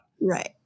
Right